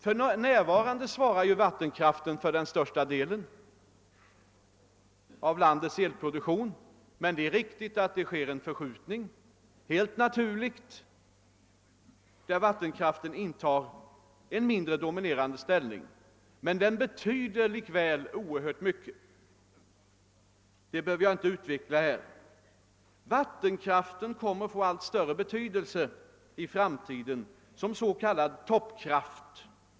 För närvarande svarar vattenkraften för den största delen av landets elproduktion, men det är riktigt att det av naturliga skäl blir en förskjutning mot en mindre dominerande ställning för vattenkraften. Att denna likväl betyder oerhört mycket behöver jag inte närmare utveckla i detta sammanhang. Vattenkraften kommer att få allt större betydelse i framtiden som s.k. toppkraft.